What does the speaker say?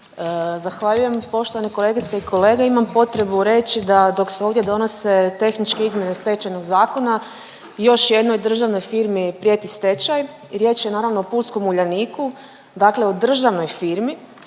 Zahvaljujem. Poštovane kolegice i kolege, imam potrebu reći da dok se ovdje donose tehničke izmjene Stečajnog zakona, još jednoj državnoj firmi prijeti stečaj, riječ je naravno o pulskom Uljaniku, dakle o državnoj firmi